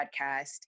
podcast